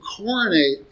coronate